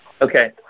Okay